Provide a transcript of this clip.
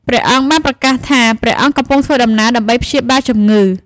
ព្រះអង្គបានប្រកាសថា ព្រះអង្គកំពុងធ្វើដំណើរដើម្បីព្យាបាលជំងឺ។